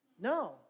No